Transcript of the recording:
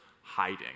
hiding